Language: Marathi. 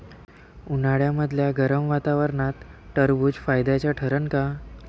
उन्हाळ्यामदल्या गरम वातावरनात टरबुज फायद्याचं ठरन का?